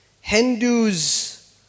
Hindus